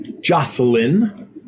Jocelyn